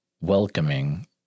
welcoming